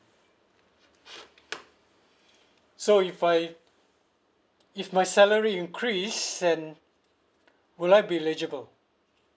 so if I if my salary increase and would I be eligible